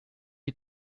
you